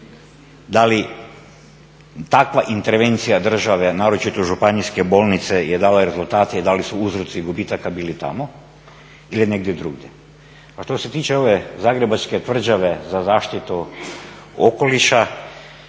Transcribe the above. da li takva intervencija države naročito županijske bolnice je dala rezultate i da li su uzroci gubitaka bili tamo ili negdje drugdje. A što se tiče ove zagrebačke tvrđave za zaštitu okoliša